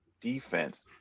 defense